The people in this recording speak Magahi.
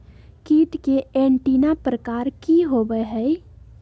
कीट के एंटीना प्रकार कि होवय हैय?